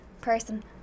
person